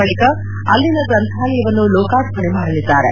ಬಳಿಕ ಅಲ್ಲಿನ ಗ್ರಂಥಾಲಯವನ್ನು ಲೋಕಾರ್ಪಣೆ ಮಾಡಲಿದ್ದಾರೆ